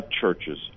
churches